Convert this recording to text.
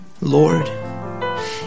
Lord